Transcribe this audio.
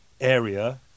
area